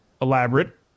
elaborate